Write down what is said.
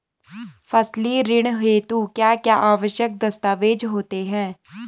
फसली ऋण हेतु क्या क्या आवश्यक दस्तावेज़ होते हैं?